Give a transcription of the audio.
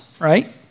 right